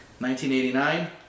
1989